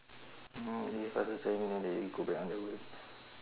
no they faster tell me then they go back on their work